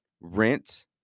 rent